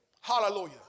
Hallelujah